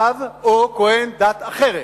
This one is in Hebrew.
רב או כוהן דת אחרת,